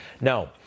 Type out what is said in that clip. no